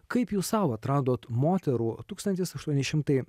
kaip jūs sau atradot moterų tūkstantis aštuoni šimtai